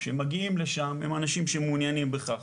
הם האנשים שמעוניינים בכך.